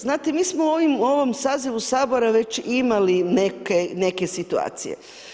Znate mi smo u ovom sazivu sabora već imali neke situacije.